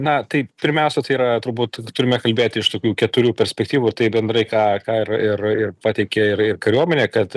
na tai pirmiausia tai yra turbūt turime kalbėti iš tokių keturių perspektyvų tai bendrai ką ką ir ir pateikia ir ir kariuomenė kad